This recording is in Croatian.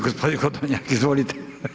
Gospodin Podoljnjak, izvolite.